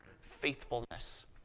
faithfulness